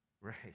right